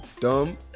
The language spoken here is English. dumb